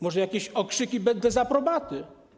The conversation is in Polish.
Może jakieś okrzyki dezaprobaty?